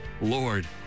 Lord